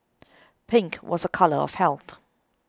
pink was a colour of health